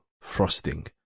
frosting